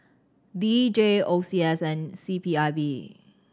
D J O C S and C P I B